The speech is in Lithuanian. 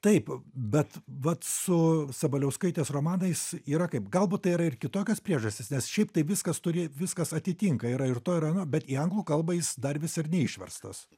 taip bet vat su sabaliauskaitės romanais yra kaip galbūt tai yra ir kitokios priežastys nes šiaip tai viskas turi viskas atitinka yra ir to ir ano bet į anglų kalbą jis dar vis ir neišverstas